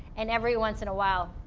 and every once in a while,